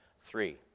Three